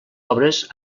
obres